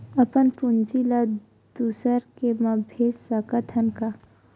अपन पूंजी ला दुसर के मा भेज सकत हन का?